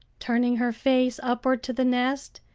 turning her face upward to the nest,